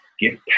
get